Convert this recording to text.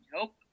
nope